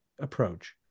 approach